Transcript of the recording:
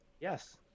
Yes